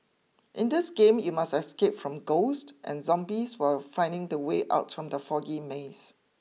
in this game you must escape from ghosts and zombies while finding the way out from the foggy maze